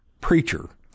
preacher